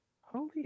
Holy